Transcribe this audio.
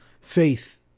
faith